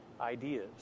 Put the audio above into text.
ideas